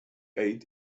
ate